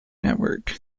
network